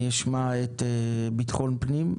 אני אשמע את הנציג של המשרד לביטחון פנים,